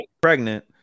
Pregnant